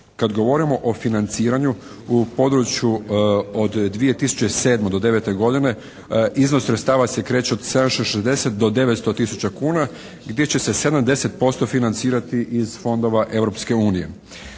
Kad govorimo o financiranju u području od 2007. do 2009. godine iznos sredstava se kreće od 760 do 900 000 kuna gdje će se 70% financirati iz fondova